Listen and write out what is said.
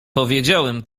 powiedziałem